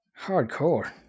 Hardcore